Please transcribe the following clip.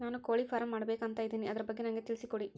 ನಾನು ಕೋಳಿ ಫಾರಂ ಮಾಡಬೇಕು ಅಂತ ಇದಿನಿ ಅದರ ಬಗ್ಗೆ ನನಗೆ ತಿಳಿಸಿ?